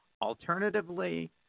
Alternatively